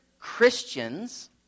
Christians